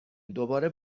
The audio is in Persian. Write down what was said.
دوباره